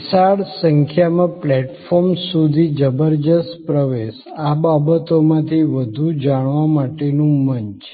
વિશાળ સંખ્યામાં પ્લેટફોર્મ્સ સુધી જબરદસ્ત પ્રવેશ આ બાબતોમાંથી વધુ જાણવા માટેનું મંચ